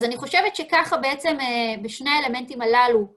אז אני חושבת שככה בעצם, בשני האלמנטים הללו.